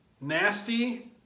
nasty